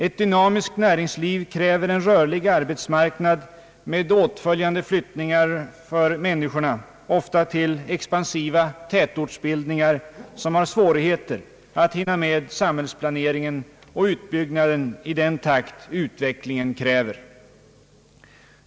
Ett dynamiskt näringsliv kräver en rörlig arbetsmarknad med åtföljande flyttningar för människorna, ofta till expansiva tätortsbildningar, som har svårigheter att hinna med samhällsplaneringen och utbyggnaden i den takt utvecklingen kräver.